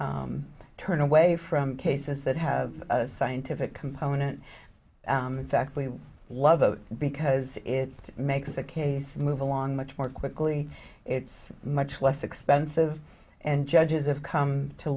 turn away from cases that have a scientific component in fact we love it because it makes the case move along much more quickly it's much less expensive and judges have come to